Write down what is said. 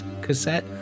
cassette